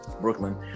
Brooklyn